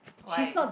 why